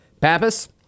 Pappas